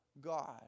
God